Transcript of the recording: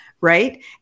right